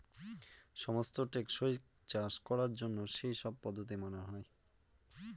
সমস্ত টেকসই চাষ করার জন্য সেই সব পদ্ধতি মানা হয়